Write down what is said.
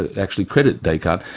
actually credit descartes.